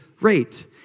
rate